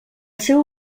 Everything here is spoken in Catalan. seu